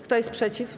Kto jest przeciw?